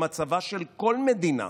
במצבה של כל מדינה,